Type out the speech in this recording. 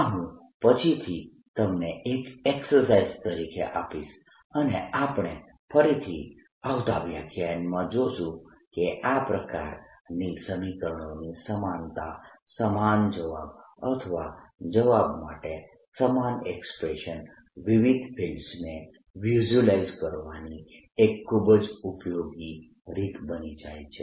આ હું પછીથી તમને એક એક્સરસાઇઝ તરીકે આપીશ અને આપણે ફરીથી આવતા વ્યાખ્યાનમાં જોઈશું કે આ પ્રકારની સમીકરણોની સમાનતા સમાન જવાબો અથવા જવાબ માટે સમાન એક્સપ્રેશન્સ વિવિધ ફિલ્ડ્સને વિઝ્યુલાઇઝ કરવાની એક ખૂબ જ ઉપયોગી રીત બની જાય છે